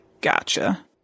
Gotcha